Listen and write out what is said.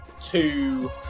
two